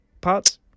parts